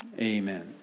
amen